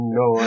no